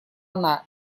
она